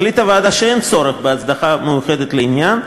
אך הוועדה החליטה שאין צורך בהצדקה מיוחדת לעניין,